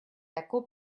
tako